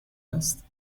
است